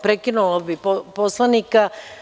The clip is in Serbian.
Prekinula bih poslanika.